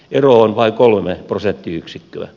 ero on vain kolme prosenttiyksikköä